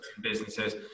businesses